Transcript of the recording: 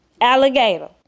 alligator